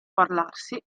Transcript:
parlarsi